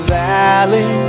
valley